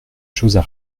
choses